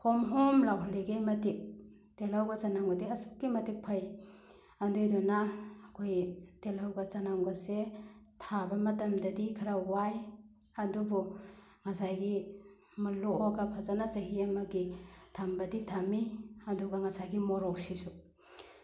home ꯍꯣꯝ ꯂꯥꯎꯍꯜꯂꯤꯈꯩ ꯃꯇꯤꯛ ꯇꯦꯜꯍꯧꯒ ꯆꯅꯝꯒꯗꯤ ꯑꯁꯨꯛꯀꯤ ꯃꯇꯤꯛ ꯐꯩ ꯑꯗꯨꯏꯗꯨꯅ ꯑꯩꯈꯣꯏ ꯇꯦꯜꯍꯧꯒ ꯆꯅꯝꯒꯁꯦ ꯊꯥꯕ ꯃꯇꯝꯗꯗꯤ ꯈꯔ ꯋꯥꯏ ꯑꯗꯨꯕꯨ ꯉꯁꯥꯏꯒꯤ ꯂꯣꯛꯑꯒ ꯐꯖꯅ ꯆꯍꯤ ꯑꯃꯒꯤ ꯊꯝꯕꯗꯤ ꯊꯝꯃꯤ ꯑꯗꯨꯒ ꯉꯁꯥꯏꯒꯤ ꯃꯣꯔꯣꯛꯁꯤꯁꯨ